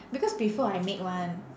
because before I make [one]